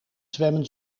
zwemmen